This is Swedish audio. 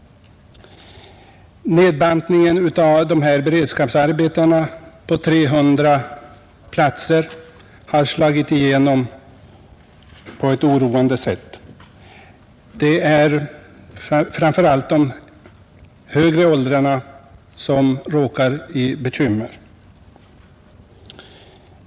Nedbantningen av beredskapsarbetena på 300 platser har slagit igenom på ett oroande sätt. Det är framför allt de högre åldrarna som råkar i bekymmer.